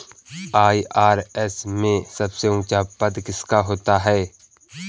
IRS में सबसे ऊंचा पद किसका होता है?